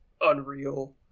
Unreal